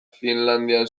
finlandia